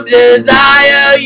desire